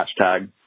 hashtag